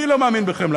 אני לא מאמין בחמלה,